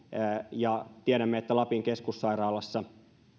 tiedämme että lapin keskussairaalassa